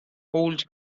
old